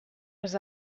les